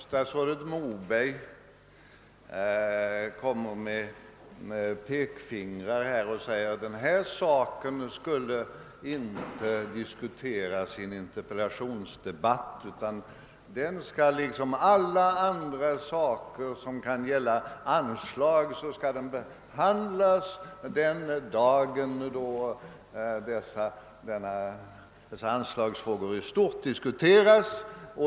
Statsrådet Moberg kom mer här med pekpinnar och säger att denna fråga inte skall diskuteras i en interpellationsdebatt, utan liksom alla andra anslagsfrågor skall den behandlas den dag då frågan i stort diskuteras.